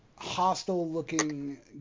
hostile-looking